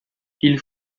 ils